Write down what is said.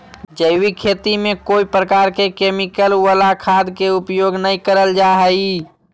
जैविक खेती में कोय प्रकार के केमिकल वला खाद के उपयोग नै करल जा हई